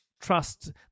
trust